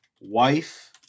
Wife